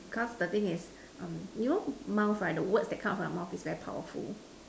cause the thing is um you know mouth right the words that come out from a mouth is very powerful